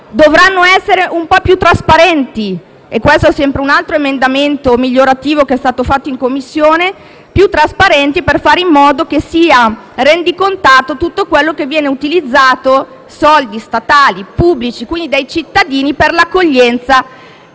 dovranno essere un po' più trasparenti - questo è un altro emendamento migliorativo che è stato approvato in Commissione - per fare in modo che sia rendicontato tutto quello che viene utilizzato (soldi pubblici e quindi dei cittadini) per l'accoglienza